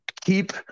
keep